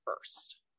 first